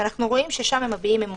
כי אנחנו רואים ששם הם מביעים אמון.